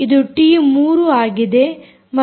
ಇದು ಟಿ3 ಆಗಿದೆ